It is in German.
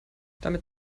damit